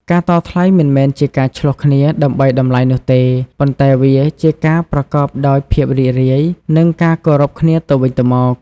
ការតថ្លៃមិនមែនជាការឈ្លោះគ្នាដើម្បីតម្លៃនោះទេ ប៉ុន្តែវាជាការប្រកបដោយភាពរីករាយ និងការគោរពគ្នាទៅវិញទៅមក។